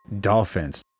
Dolphins